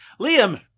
Liam